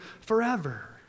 forever